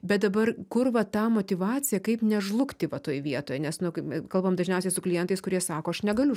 bet dabar kur va tą motyvaciją kaip nežlugti va toj vietoj nes nu kai kalbam dažniausiai su klientais kurie sako aš negaliu